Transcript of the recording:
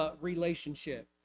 relationship